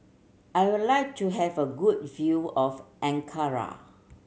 I would like to have a good view of Ankara